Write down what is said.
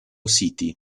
city